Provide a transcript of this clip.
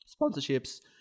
Sponsorships